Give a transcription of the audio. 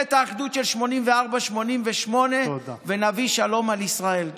ממשלת האחדות של 1984 1988, ונביא שלום על ישראל.